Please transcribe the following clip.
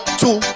two